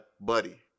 Buddy